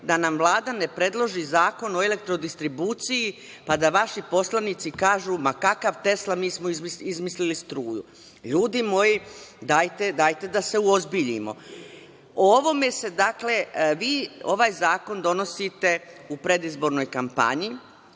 da nam Vlada ne predloži zakon o elektrodistribuciji pa da vaši poslanici kažu – ma kakav Tesla, mi smo izmislili struju. Ljudi moji, dajte da se uozbiljimo. Vi ovaj zakon donosite u predizbornoj kampanji,